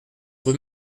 rue